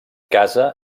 casa